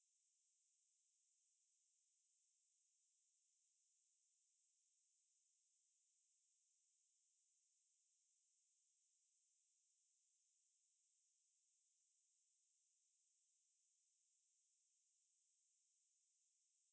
ya exactly like just I mean like I understand like it looks inconvenient and everything and it is definitely inconvenient but we are all grown ups what everyone understands when you have last minute commitments you got family issues whatever all of us get it but at least just say something